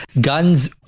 guns